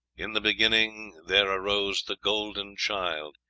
in the beginning there arose the golden child.